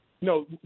No